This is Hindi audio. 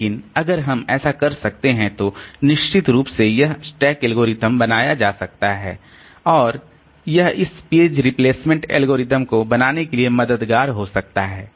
लेकिन अगर हम ऐसा कर सकते हैं तो निश्चित रूप से यह स्टैक एल्गोरिदम बनाया जा सकता है और यह इस पेज रिप्लेसमेंट एल्गोरिदम को बनाने के लिए मददगार हो सकता है